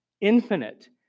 infinite